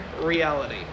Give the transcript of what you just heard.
reality